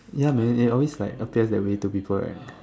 ya man they they always like appear that way to people right